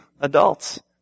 adults